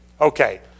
Okay